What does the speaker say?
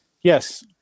Yes